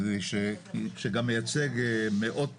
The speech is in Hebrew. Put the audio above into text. שגם מייצג מאות דיירים.